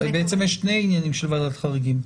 בעצם יש שני עניינים של ועדת חריגים.